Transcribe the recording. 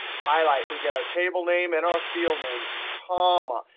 highlight we get our table name and our field name comma,